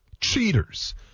cheaters